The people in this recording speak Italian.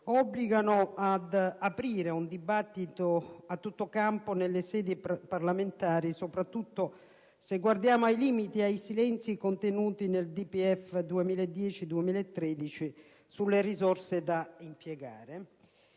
obbligano ad aprire un dibattito a tutto campo nelle sedi parlamentari, soprattutto se guardiamo ai limiti e ai silenzi contenuti nel Documento di